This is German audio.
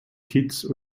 kitts